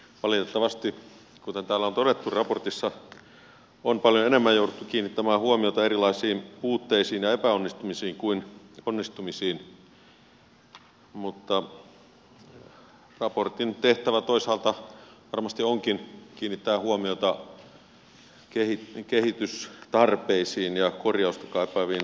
valitettavasti kuten täällä on todettu raportissa on paljon enemmän jouduttu kiinnittämään huomioita erilaisiin puutteisiin ja epäonnistumisiin kuin onnistumisiin mutta raportin tehtävä toisaalta varmasti onkin kiinnittää huomiota kehitystarpeisiin ja korjausta kaipaaviin asioihin